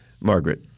Margaret